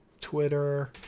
Twitter